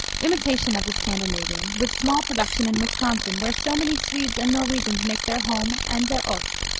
imitation of the scandinavian, with small production in wisconsin where so many swedes and norwegians make their home and their ost.